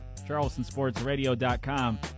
charlestonsportsradio.com